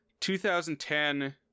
2010